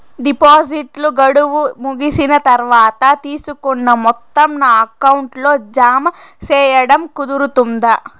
డిపాజిట్లు గడువు ముగిసిన తర్వాత, తీసుకున్న మొత్తం నా అకౌంట్ లో జామ సేయడం కుదురుతుందా?